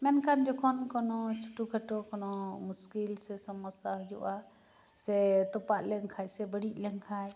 ᱢᱮᱱᱠᱷᱟᱱ ᱡᱚᱠᱷᱚᱱ ᱠᱚᱱᱚ ᱪᱷᱚᱴᱚ ᱠᱷᱟᱴᱚ ᱠᱚᱱᱚ ᱢᱩᱥᱠᱤᱞ ᱥᱮ ᱥᱚᱢᱚᱥᱥᱟ ᱦᱤᱡᱩᱜᱼᱟ ᱥᱮ ᱛᱚᱯᱟᱜ ᱞᱮᱱᱠᱷᱟᱡ ᱥᱮ ᱵᱟᱹᱲᱤᱡ ᱞᱮᱱᱠᱷᱟᱡ